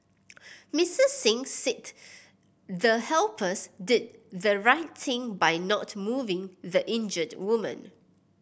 Missus Singh said the helpers did the right thing by not moving the injured woman